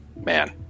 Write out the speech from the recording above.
man